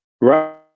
Right